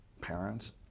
parents